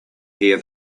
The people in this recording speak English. hear